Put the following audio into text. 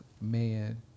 man